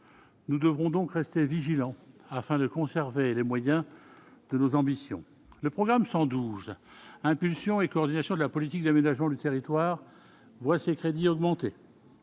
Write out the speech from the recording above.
nous devons donc rester vigilant afin de conserver les moyens de nos ambitions, le programme 112 impulsion et coordination de la politique d'aménagement du territoire voit ses crédits augmenter